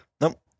Nope